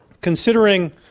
considering